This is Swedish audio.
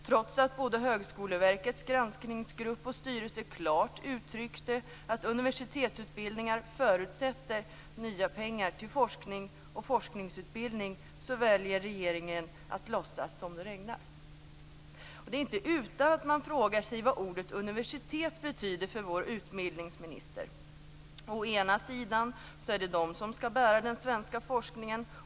Trots att både Högskoleverkets granskningsgrupp och styrelse klart uttryckt att universitetsbildningar förutsätter nya pengar till forskning och forskarutbildning, väljer regeringen att låtsas som om det regnar. Det är inte utan att man frågar sig vad ordet "universitet" betyder för vår utbildningsminister. Å ena sidan är det de som skall bära den svenska forskningen.